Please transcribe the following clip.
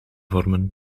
vormen